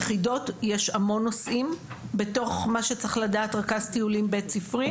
יחידות יש המון נושאים בתוך מה שצריך לדעת רכז טיולים בית ספרי,